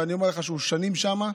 ואני אומר לך שהוא שנים שם,